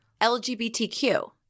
LGBTQ